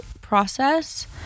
process